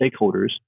stakeholders